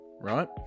right